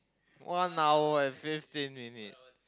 one hour and fifteen minute